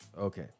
Okay